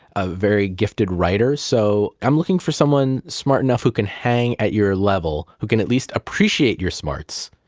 a very gifted writer. so i'm looking for someone smart enough who can hang at your level, who can at least appreciate your smarts.